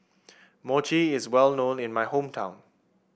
mochi is well known in my hometown